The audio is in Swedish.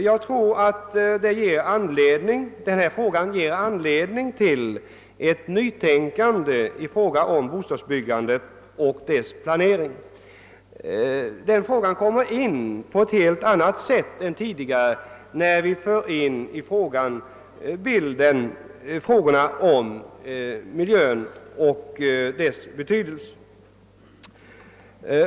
Jag tror att denna fråga ger anledning till ett nytänkande då det gäller bostadsbyggandet och dess planering. Detta problem blir aktuellt på ett helt annat sätt än tidigare när vi däri för in frågan om miljön i hela dess vidd och dess betydelse.